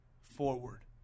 forward